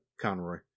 Conroy